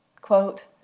quote,